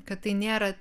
kad tai nėra